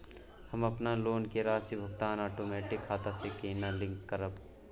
हम अपन लोन के राशि भुगतान ओटोमेटिक खाता से केना लिंक करब?